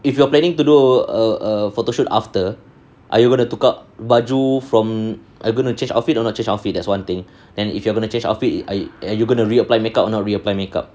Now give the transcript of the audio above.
if you are planning to do a a photoshoot after are you going to tukar baju from are you going to change outfit or not change outfit that's one thing and if you are going to change outfit and are you going to reapply makeup not reapply makeup